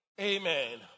Amen